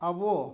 ᱟᱵᱚ